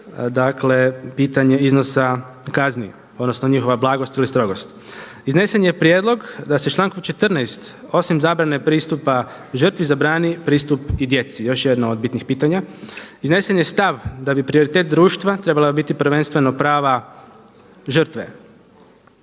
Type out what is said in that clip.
dakle pitanje iznosa kazni, odnosno njihova blagost ili strogost. Iznesen je prijedlog da se člankom 14. osim zabrane pristupa žrtvi zabrani pristup i djeci, još jedno od bitnih pitanja. Iznesen je stav da bi prioritet društva trebala biti prvenstveno prava žrtve.